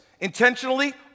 intentionally